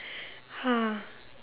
ah